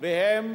והם